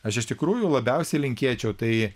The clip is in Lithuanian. aš iš tikrųjų labiausiai linkėčiau tai